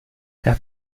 herr